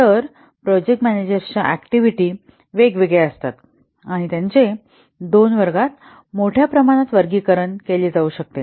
तर प्रोजेक्ट मॅनेजर्सच्या ऍक्टिव्हिटी वेगवेगळ्या असतात आणि त्यांचे दोन वर्गात मोठ्या प्रमाणात वर्गीकरण केले जाऊ शकते